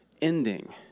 ending